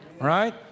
Right